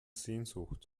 sehnsucht